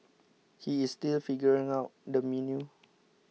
he is still figuring out the menu